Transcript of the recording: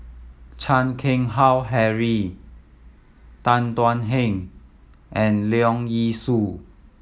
Chan Keng Howe Harry Tan Thuan Heng and Leong Yee Soo